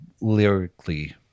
lyrically